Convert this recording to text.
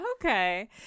Okay